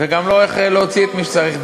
וגם לא איך להוציא את מי שצריך,